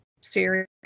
series